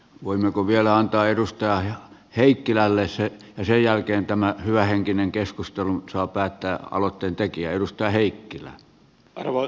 voimmeko vielä antaa edustaja heikkilälle ja sen jälkeen tämän hyvähenkisen keskustelun saa päättää aloitteen tekijä